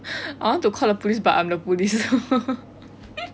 I want to call the police but I'm the police